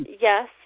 yes